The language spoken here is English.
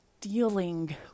dealing